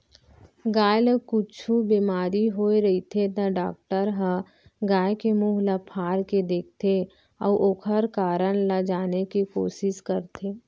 गाय ल कुछु बेमारी होय रहिथे त डॉक्टर ह गाय के मुंह ल फार के देखथें अउ ओकर कारन ल जाने के कोसिस करथे